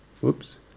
Whoops